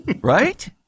Right